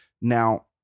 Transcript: now